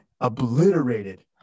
obliterated